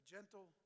gentle